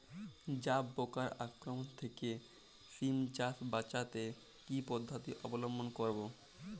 জাব পোকার আক্রমণ থেকে সিম চাষ বাচাতে কি পদ্ধতি অবলম্বন করব?